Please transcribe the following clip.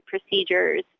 procedures